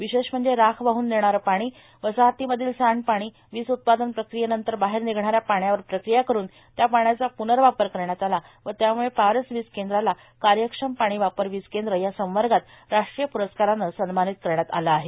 विशेष म्हणजे राख वाहन नेणारे पाणी वसाहतीमधील सांडपाणी वीज उत्पादन प्रक्रियेनंतर बाहेर निघणाऱ्या पाण्यावर प्रक्रिया करून त्या पाण्याचा प्नर्वापर करण्यात आला व त्यामूळे पारस वीज केंद्राला कार्यक्षम पाणी वापर वीज केंद्र या संवर्गात राष्ट्रीय प्रस्काराने सन्मानित करण्यात आले आहे